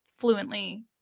fluently